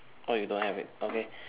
oh you don't have it okay